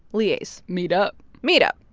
liaise meet up meet up.